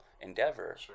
endeavor